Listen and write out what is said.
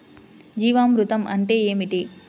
జీవామృతం అంటే ఏమిటి?